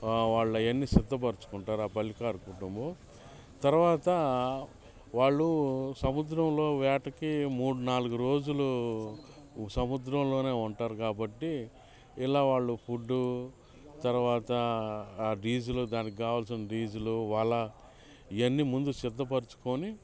వాళ్ళ అవన్నీ సిద్ధపరుచుకుంటారు ఆ పల్లెకారు కుటుంబం తర్వాత వాళ్ళు సముద్రంలో వేటకి మూడు నాలుగు రోజులు సముద్రంలోనే ఉంటారు కాబట్టి ఇలా వాళ్ళు ఫుడ్డు తర్వాత ఆ డీజలు దానికి కావాల్సిన డీజిలు వల ఇవన్నీ ముందు సిద్ధపరచుకొని